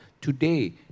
today